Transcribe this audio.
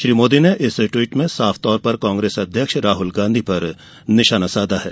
श्री मोदी ने इस ट्विट में साफ तौर पर कांग्रेस अध्यक्ष राहुल गांधी पर निशाना साधा है